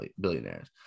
billionaires